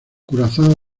curazao